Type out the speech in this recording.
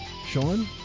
Sean